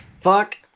Fuck